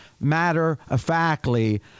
matter-of-factly